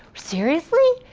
seriously?